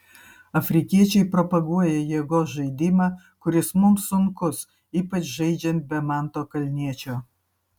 afrikiečiai propaguoja jėgos žaidimą kuris mums sunkus ypač žaidžiant be manto kalniečio